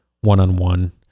one-on-one